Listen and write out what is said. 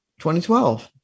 2012